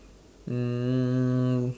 um